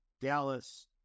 Dallas